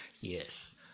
Yes